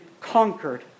conquered